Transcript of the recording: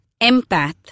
empath